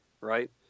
right